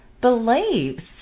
believes